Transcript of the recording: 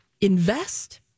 invest